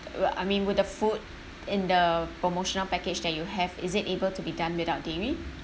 th~ w~ I mean with the food in the promotional package that you have is it able to be done without dairy